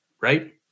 right